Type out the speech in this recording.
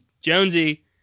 Jonesy